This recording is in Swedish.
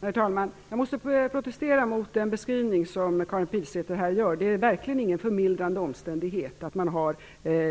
Herr talman! Jag måste protestera mot den beskrivning som Karin Pilsäter här gör. Det är verkligen ingen förmildrande omständighet att man har